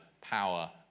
power